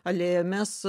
alėja mes